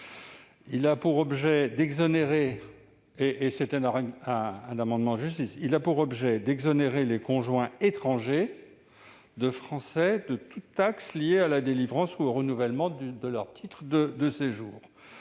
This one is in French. Il a pour objet d'exonérer les conjoints étrangers de Français de toute taxe liée à la délivrance ou au renouvellement de leur titre de séjour.